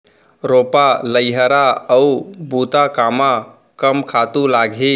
रोपा, लइहरा अऊ बुता कामा कम खातू लागही?